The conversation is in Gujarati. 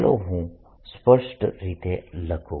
ચાલો હું આ સ્પષ્ટ રીતે લખું